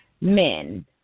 men